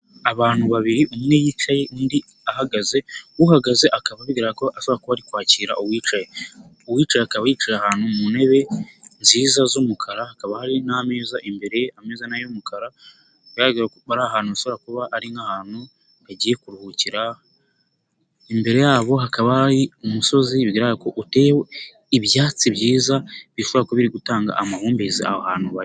Abantu babiri umwe yicaye undi ahagaze, uhagaze akaba bigaragara ko ashobora kuba kwakira uwicaye, uwicaye akaba yicaye ahantu mu ntebe nziza z'umukara, hakaba hari ameza imbere ye, ameza ni ay'umukara, bigaragara ko ari ahantu hashobora kuba ari nk'ahantu yagiye kuruhukira, imbere yabo hakaba hari umusozi, bigaragara ko uteye ibyatsi byiza, bishobora kuba biri gutanga amahumbezi aho hantu bari.